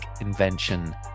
invention